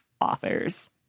authors